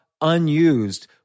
unused